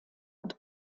und